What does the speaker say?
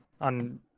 on